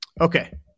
okay